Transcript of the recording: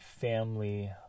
family